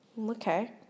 Okay